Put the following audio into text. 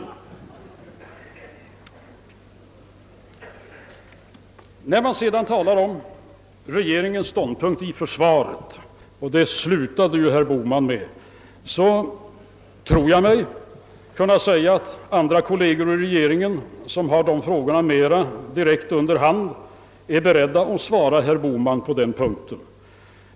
När herr Bohman sedan talar om regeringens ståndpunkt i försvarsfrågan, som han slutade med, tror jag mig kunna säga att andra kolleger i regeringen, som har dessa frågor mera direkt om hand, är beredda att svara herr Bohman på den punkten.